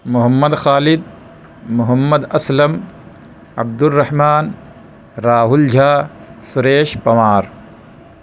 Muhammad Khalid Mohammad Aslam Abdurrahman Rahul Jha Suresh Panwar